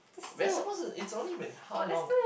we're supposed to it's only been how long